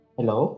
Hello